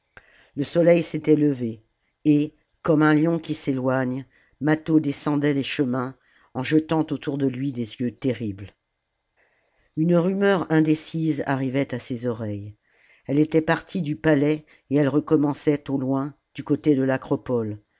le soleil s'était levé et comme un lion qui s'éloigne mâtho descendait les chemins en jetant autour de lui des yeux terribles une rumeur indécise arrivait à ses oreilles elle était partie du palais et elle recommençait au loin du côté de l'acropole